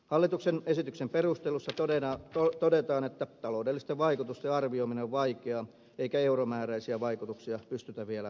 hallituksen esityksen perusteluissa todetaan että taloudellisten vaikutusten arvioiminen on vaikeaa eikä euromääräisiä vaikutuksia pystytä vielä arvioimaan